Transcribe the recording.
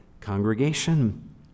congregation